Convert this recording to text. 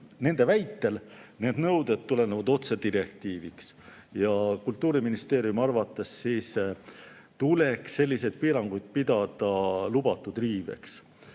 Nende väitel need nõuded tulenevad otse direktiivist. Kultuuriministeeriumi arvates tuleks selliseid piiranguid pidada lubatud riiveks.